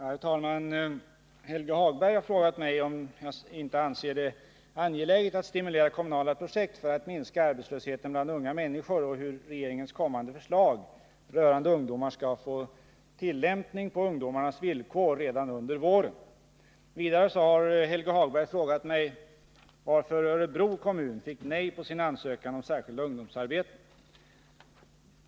Herr talman! Helge Hagberg har frågat mig om jag inte anser det angeläget att stimulera kommunala projekt för att minska arbetslösheten bland unga människor och hur regeringens kommande förslag rörande ungdomar skall få tillämpning på ungdomarnas villkor redan under våren. Vidare har Helge Hagberg frågat mig varför Örebro kommun fick nej på sin ansökan om särskilda ungdomsarbeten.